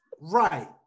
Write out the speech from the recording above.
right